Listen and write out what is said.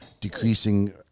decreasing